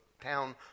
town